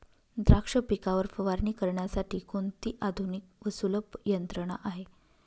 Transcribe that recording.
द्राक्ष पिकावर फवारणी करण्यासाठी कोणती आधुनिक व सुलभ यंत्रणा आहे?